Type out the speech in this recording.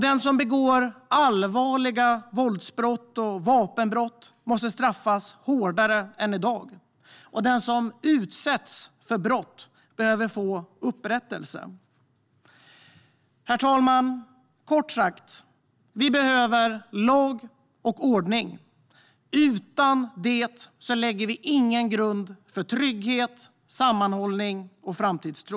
Den som begår allvarliga våldsbrott och vapenbrott måste straffas hårdare än i dag. Den som utsätts för brott behöver få upprättelse. Herr talman! Vi behöver kort sagt lag och ordning. Utan detta läggs ingen grund för trygghet, sammanhållning och framtidstro.